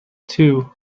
two